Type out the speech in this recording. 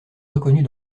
reconnut